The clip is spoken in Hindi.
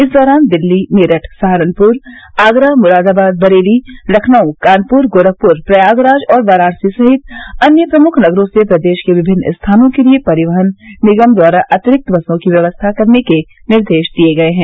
इस दौरान दिल्ली मेरठ सहारनपुर आगरा मुरादाबाद बरेली लखनऊ कानपुर गोरखपुर प्रयागराज और वाराणसी सहित अन्य प्रमुख नगरों से प्रदेश के विभिन्न स्थानों के लिये परिवहन निगम द्वारा अतिरिक्त बसों की व्यवस्था करने के निर्देश दिये हैं